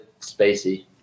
spacey